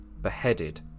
beheaded